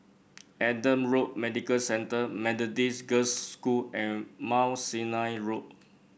Adam Road Medical Centre Methodist Girls' School and Mount Sinai Road